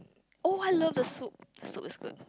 oh I love the soup the soup is good